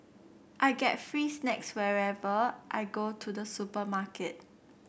I get free snacks whenever I go to the supermarket